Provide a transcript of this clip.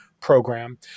program